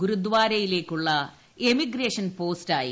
ഗുരുദാരയിലേക്കുള്ള emigration പോസ്റ്റായി